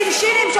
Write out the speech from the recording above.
ולא לשינשינים,